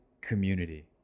community